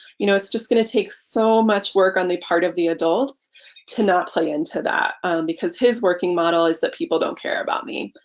you know it's just gonna take so much work on the part of the adults to not play into that because his working model is that people don't care about me.